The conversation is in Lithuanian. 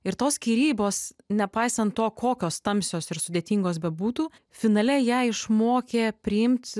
ir tos skyrybos nepaisant to kokios tamsios ir sudėtingos bebūtų finale ją išmokė priimt